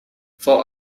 vor